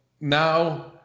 now